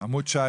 עמוד 19